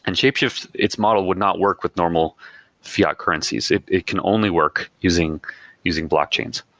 and shapeshift, its model would not work with normal fiat currencies. it it can only work using using blockchains.